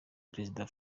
prezida